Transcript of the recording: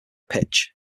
pitch